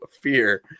fear